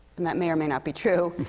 and that may or may not be true.